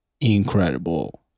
incredible